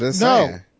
No